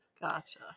Gotcha